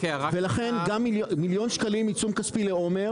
ולכן גם מיליון שקלים עיצום כספי לעומר,